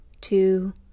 two